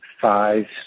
five